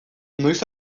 noiz